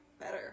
better